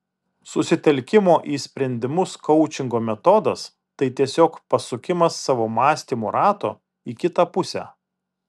susitelkimo į sprendimus koučingo metodas tai tiesiog pasukimas savo mąstymo rato į kitą pusę